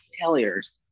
failures